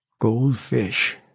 goldfish